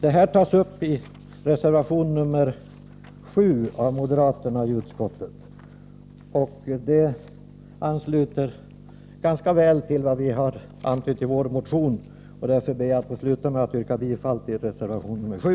Detta tas uppi reservation nr 7 av moderaterna i utskottet, och det ansluter ganska väl till vad vi har antytt i vår motion. Därför ber jag att få avsluta med att yrka bifall till reservation nr 7.